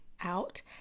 out